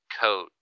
coat